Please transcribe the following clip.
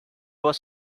was